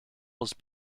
was